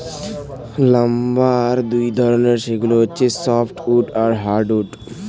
lumber দুই ধরনের, সেগুলো হচ্ছে সফ্ট উড আর হার্ড উড